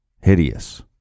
Hideous